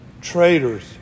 Traitors